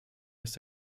ist